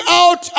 out